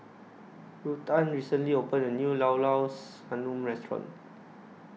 Ruthann recently opened A New Llao Llao Sanum Restaurant